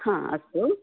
अस्तु